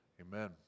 Amen